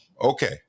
Okay